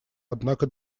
однако